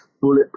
bullet